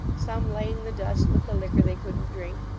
some laying the dust with the liquor they couldn't drink,